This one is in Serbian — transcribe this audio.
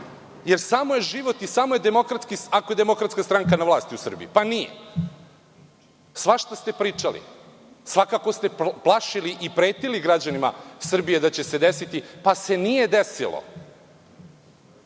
Jer samo je život i samo je demokratski ako je DS na vlasti u Srbiji. Pa nije. Svašta ste pričali. Svakako ste plašili i pretili građanima Srbije da će se desiti, pa se nije desilo.